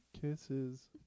Kisses